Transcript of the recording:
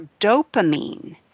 dopamine